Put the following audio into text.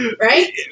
Right